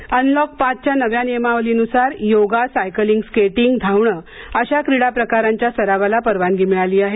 क्रीडा अनलॉक पाच च्या नव्या नियमावलीनुसार योगा सायकलिंग स्केटिंग धावणे अशा क्रीडा प्रकारांच्या सरावाला परवानगी मिळाली आहे